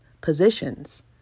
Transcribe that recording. Positions